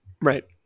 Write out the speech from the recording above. Right